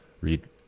Read